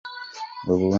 ubu